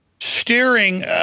steering